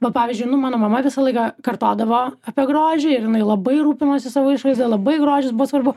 va pavyzdžiui nu mano mama visą laiką kartodavo apie grožį ir jinai labai rūpinosi savo išvaizda labai grožis buvo svarbu